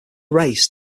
race